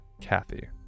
Kathy